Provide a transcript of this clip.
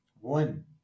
one